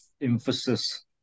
emphasis